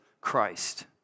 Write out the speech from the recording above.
Christ